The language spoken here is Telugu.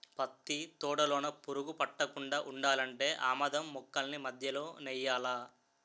పత్తి తోటలోన పురుగు పట్టకుండా ఉండాలంటే ఆమదం మొక్కల్ని మధ్యలో నెయ్యాలా